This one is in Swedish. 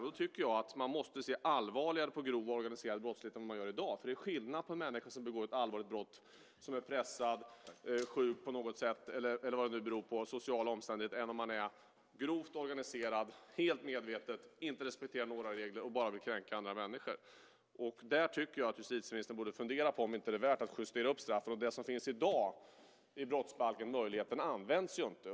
Jag tycker att man måste se allvarligare på grov organiserad brottslighet än vad man gör i dag, för det är skillnad på en människa som begår ett allvarligt brott och som är pressad, sjuk på något sätt eller vad det nu beror på - sociala omständigheter - eller om man är grovt organiserad, helt medvetet inte respekterar några regler och bara vill kränka andra människor. Där tycker jag att justitieministern borde fundera på om det inte är värt att justera upp straffen. Den möjlighet som finns i dag i brottsbalken används ju inte.